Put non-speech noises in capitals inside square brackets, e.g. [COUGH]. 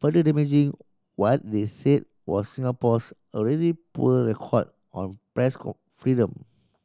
further damaging what they said was Singapore's already poor record on press [UNINTELLIGIBLE] freedom